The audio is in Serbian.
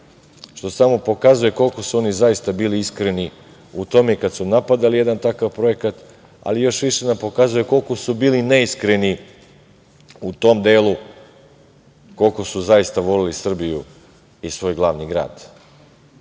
što samo pokazuje koliko su oni zaista bili iskreni u tome i kada su napadali jedan takav projekat, ali još više nam pokazuje koliko su bili neiskreni u tom delu koliko su zaista voleli Srbiju i svoj glavni grad. Naići